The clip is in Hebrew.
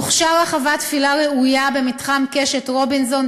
תוכשר רחבת תפילה ראויה במתחם קשת רובינסון,